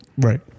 right